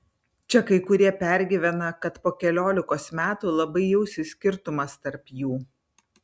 čia kai kurie pergyvena kad po keliolikos metų labai jausis skirtumas tarp jų